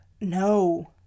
No